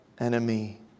enemy